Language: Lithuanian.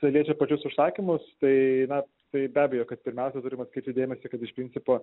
čia liečia pačius užsakymus tai na tai be abejo kad pirmiausia turim atkreipti dėmesį kad iš principo